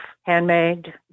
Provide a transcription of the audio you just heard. handmade